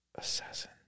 Assassin